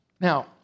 Now